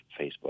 Facebook